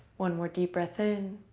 one more deep breath in.